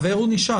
חבר הוא נשאר.